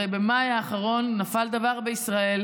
הרי במאי האחרון נפל דבר בישראל,